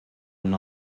une